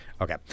Okay